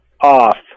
off